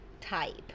type